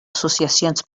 associacions